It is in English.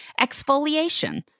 exfoliation